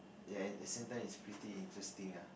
ya at the same time is pretty interesting ah